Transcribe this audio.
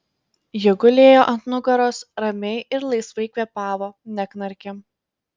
ji gulėjo ant nugaros ramiai ir laisvai kvėpavo neknarkė